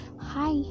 hi